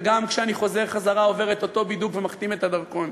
וגם כשאני חוזר אני עובר את אותו בידוק ומחתים את הדרכון,